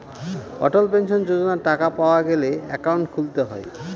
অটল pension যোজনার টাকা পাওয়া গেলে একাউন্ট খুলতে হয়